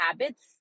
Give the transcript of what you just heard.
habits